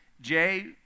Jay